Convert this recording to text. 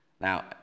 Now